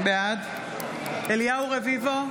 בעד אליהו רביבו,